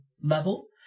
level